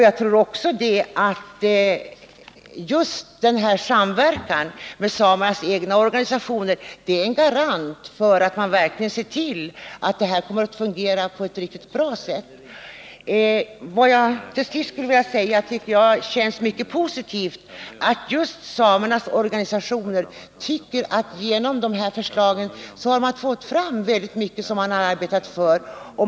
Jag tror också att just denna samverkan med samernas egna organisationer är en garanti för att man verkligen ser till att detta kommer att fungera på ett bra sätt. Till sist vill jag säga att det känns mycket positivt att just samernas organisationer tycker att de genom dessa förslag har fått fram väldigt mycket av det som de har arbetat för.